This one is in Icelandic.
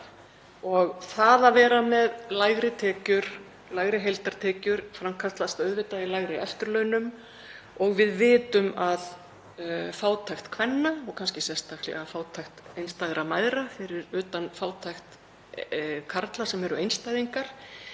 Það að vera með lægri heildartekjur framkallast auðvitað í lægri eftirlaunum og við vitum að fátækt kvenna, og kannski sérstaklega fátækt einstæðra mæðra, fyrir utan fátækt karla sem eru einstæðingar,